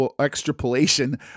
extrapolation